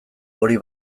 hori